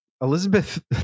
elizabeth